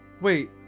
Wait